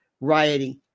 rioting